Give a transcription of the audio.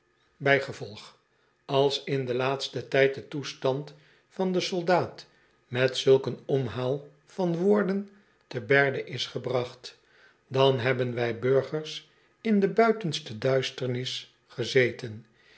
als in den laatsten tijd do toestand van den soldaat met zulk een omhaal van woorden te berde is gebracht dan hebben wij burgers in de buitenste duisternis gezeten